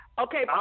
Okay